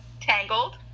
Tangled